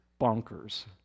bonkers